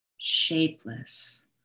shapeless